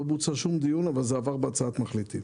לא התקיים שום דיון, אבל זה עבר בהצעת מחליטים.